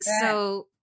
So-